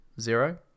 zero